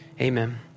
amen